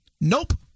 Nope